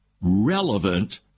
relevant